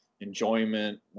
enjoyment